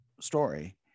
story